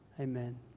Amen